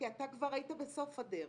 כי אתה כבר היית בסוף הדרך.